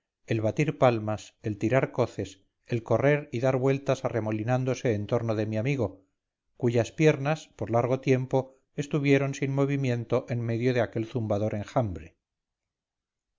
el batir palmas el tirar coces el correr y dar vueltas arremolinándose en torno de mi amigo cuyas piernas por largo tiempo estuvieron sin movimiento en medio de aquel zumbador enjambre